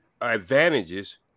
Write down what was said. advantages